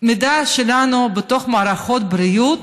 המידע שלנו בתוך מערכות הבריאות